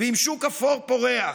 ועם שוק אפור פורח.